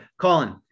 Colin